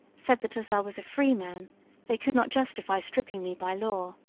said that as i was a free man they could not justify stripping me by law.